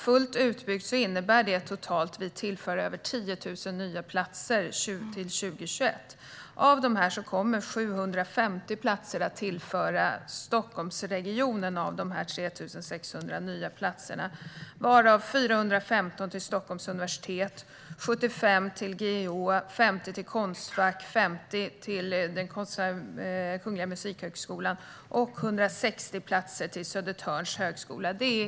Fullt utbyggt innebär det att vi totalt tillför över 10 000 nya platser till 2021. Av de 3 600 nya platserna kommer 750 att tillfalla Stockholmsregionen. 415 av dem kommer att gå till Stockholms universitet, 75 till GIH, 50 till Konstfack, 50 till Kungliga Musikhögskolan och 160 till Södertörns högskola.